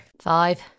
Five